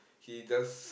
he just